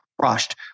crushed